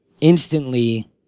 instantly